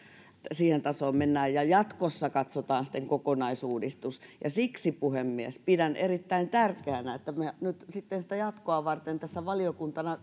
siihen tasoon mennään ja jatkossa katsotaan sitten kokonaisuudistus siksi puhemies pidän erittäin tärkeänä että me nyt sitten jatkoa varten tässä valiokuntana